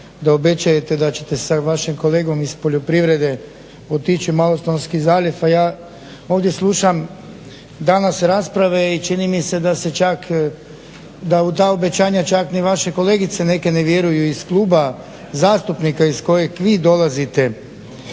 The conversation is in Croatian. da obećavate da ćete sa vašim kolegom iz poljoprivrede otići u Malostonski zaljev a ja ovdje slušam danas rasprave i čini mi se da se čak da u ta obećanja čak ni vaše kolegice neke ne vjeruju iz kluba zastupnika iz kojeg vi dolazite.